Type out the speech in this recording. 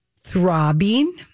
Throbbing